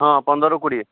ହଁ ପନ୍ଦରରୁ କୋଡ଼ିଏ